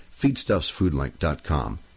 FeedstuffsFoodLink.com